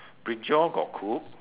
brinjal got cook